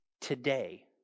today